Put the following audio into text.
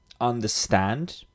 understand